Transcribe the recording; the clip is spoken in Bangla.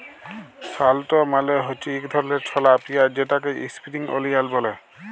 শালট মালে হছে ইক ধরলের ছলা পিয়াঁইজ যেটাকে ইস্প্রিং অলিয়াল ব্যলে